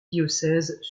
diocèses